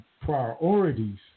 priorities